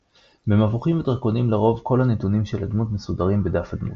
דף הדמות במבוכים ודרקונים לרוב כל הנתונים של הדמות מסודרים בדף הדמות.